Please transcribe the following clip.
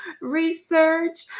research